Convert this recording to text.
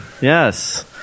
Yes